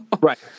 Right